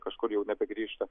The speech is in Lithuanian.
kažkur jau nebegrįžta